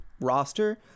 roster